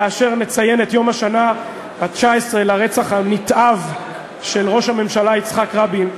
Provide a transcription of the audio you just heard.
כאשר נציין את יום השנה ה-19 לרצח הנתעב של ראש הממשלה יצחק רבין,